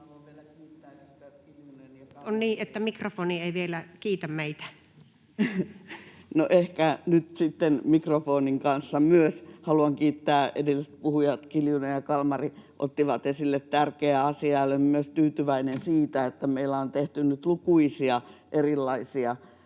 No ehkä nyt sitten mikrofonin kanssa myös haluan kiittää. — Edelliset puhujat Kiljunen ja Kalmari ottivat esille tärkeää asiaa. Olen myös tyytyväinen siitä, että meillä on tehty nyt lukuisia erilaisia